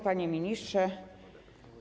Panie Ministrze!